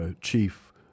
Chief